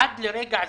עד לרגע זה,